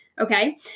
okay